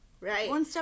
Right